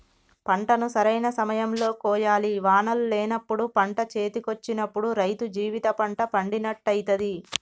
పంటను సరైన సమయం లో కోయాలి వానలు లేనప్పుడు పంట చేతికొచ్చినప్పుడు రైతు జీవిత పంట పండినట్టయితది